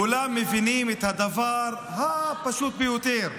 כולם מבינים את הדבר הפשוט ביותר,